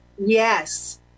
Yes